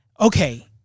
okay